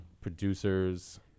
producers